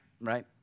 right